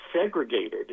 segregated